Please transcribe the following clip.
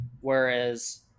Whereas